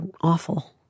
awful